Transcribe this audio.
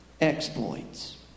exploits